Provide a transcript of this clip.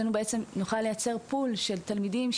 נול לייצר פול של תלמידים,